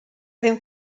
ddim